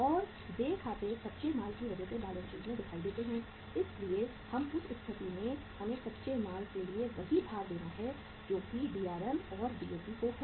और देय खाते कच्चे माल की वजह से बैलेंस शीट में दिखाई देते हैं इसलिए हम उस स्थिति में हमें कच्चे माल के लिए वही भार देना है जो कि DRM और DAP को है